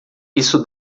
isso